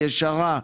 ישרה,